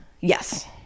Yes